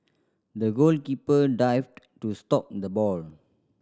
the goalkeeper dived to stop the ball